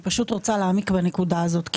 סליחה אבל אני פשוט רוצה להעמיק בנקודה הזאת.